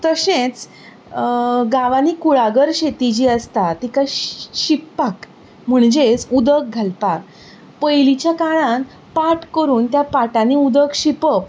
तशेंच गांवांनी कुळागर शेती जी आसता तिका शिंपपाक म्हणजेच उदक घालपाक पयलींच्या काळांत पाट करून त्या पाटांनी उदक शिंपप